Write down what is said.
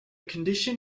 condition